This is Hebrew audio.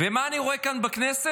ומה אני רואה כאן בכנסת?